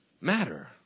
matter